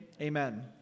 amen